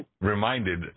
reminded